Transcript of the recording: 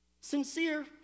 Sincere